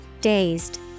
Dazed